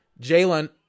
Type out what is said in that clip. Jalen